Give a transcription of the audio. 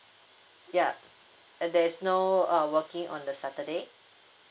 yup uh there is no uh working on the saturday